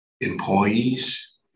employees